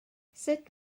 sut